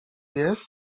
jest